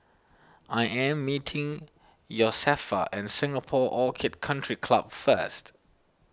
I am meeting Josefa at Singapore Orchid Country Club first